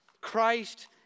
Christ